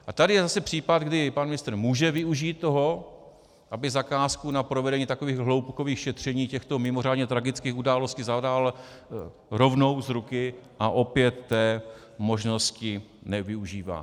A tady je zase případ, kdy pan ministr může využít toho, aby zakázku na provedení takových hloubkových šetření těchto mimořádně tragických událostí zadal rovnou z ruky, a opět té možnosti nevyužívá.